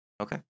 Okay